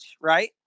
right